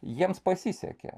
jiems pasisekė